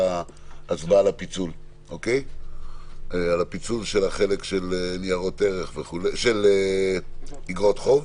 הצבעה על הפיצול של החלק של אגרות חוב.